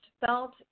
felt